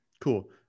Cool